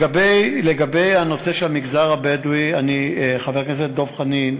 לגבי הנושא של המגזר הבדואי, חבר הכנסת דב חנין,